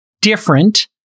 different